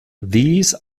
these